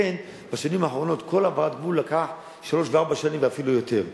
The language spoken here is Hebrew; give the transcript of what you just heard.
לכן בשנים האחרונות כל העברת גבול לקחה שלוש וארבע שנים ואפילו יותר.